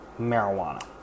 marijuana